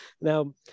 Now